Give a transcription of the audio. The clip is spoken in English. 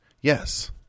yes